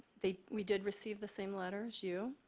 they we did receive the same letter as you.